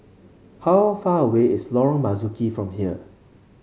how far away is Lorong Marzuki from here